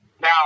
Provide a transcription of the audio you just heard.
Now